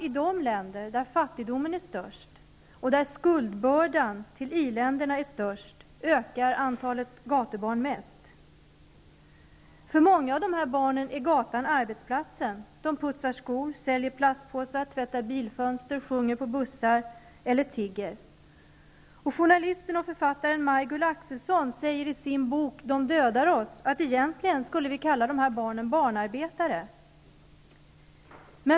I de länder där fattigdomen är störst och där skuldbördan till i-länderna är störst ökar antalet gatubarn mest. För många av de här barnen är gatan arbetsplats. De putsar skor, säljer plastpåsar, tvättar bilfönster sjunger på bussar eller tigger. Journalisten och författaren Maj-Gull Axelsson säger i sin bok, Dom dödar oss, att vi egentligen skulle kalla dessa barn för barnarbetare.